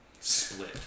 split